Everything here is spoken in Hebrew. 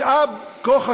משאב כה חשוב,